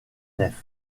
nefs